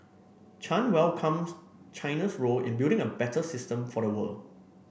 Chan welcomes China's role in building a better system for the world